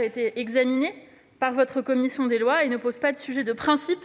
été examinées par votre commission des lois et ne posent pas de problème de principe,